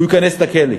הוא ייכנס לכלא,